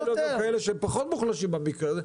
אבל זה יכול להיות גם כאלה שהם פחות מוחלשים במקרה הזה,